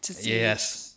Yes